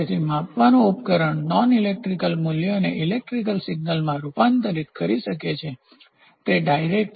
તેથી માપવાનું ઉપકરણ નોન ઇલેક્ટ્રિકલ મૂલ્યોને ઇલેક્ટ્રિકલ સિગ્નલમાં રૂપાંતરિત કરી શકે છે તે ડાયરેક્ટ છે